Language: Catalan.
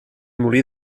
molí